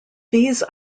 these